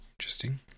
Interesting